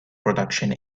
production